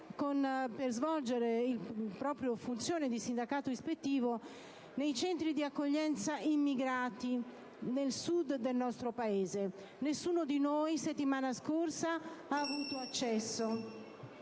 per svolgere funzioni di sindacato ispettivo, nei centri di accoglienza immigrati nel Sud del nostro Paese. Nessuno di noi la settimana scorsa ha avuto accesso